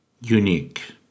unique